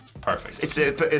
Perfect